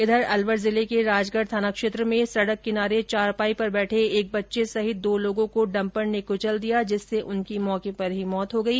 इधर अलवर जिले के राजगढ़ थाना क्षेत्र में सड़क किनारे चारपाई पर बैठे एक बच्चे सहित दो लोगों को डंपर ने कुचल दिया जिससे उनकी मौके पर ही मौत हो गई